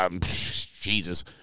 Jesus